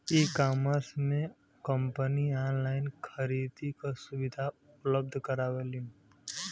ecommerce से company online खरीदारी क सुविधा उपलब्ध करावलीन